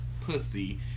pussy